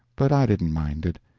but i didn't mind it.